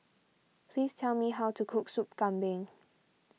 please tell me how to cook Soup Kambing